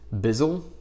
Bizzle